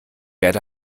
werd